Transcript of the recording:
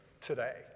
today